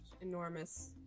enormous